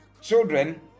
children